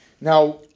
Now